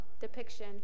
depiction